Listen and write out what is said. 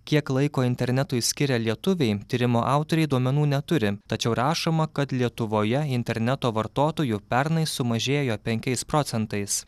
kiek laiko internetui skiria lietuviai tyrimo autoriai duomenų neturi tačiau rašoma kad lietuvoje interneto vartotojų pernai sumažėjo penkiais procentais